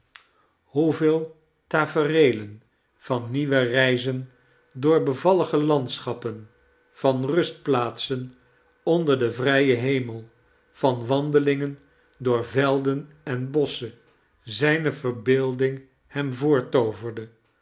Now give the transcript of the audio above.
hoeveel tafereelen van nieuwe reizen door bevallige landschappen van rustplaatsen onder den vrijen hemel van wandelingen door velden en bosschen zijne verbeelding hem